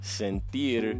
sentir